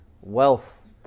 Wealth